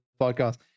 podcast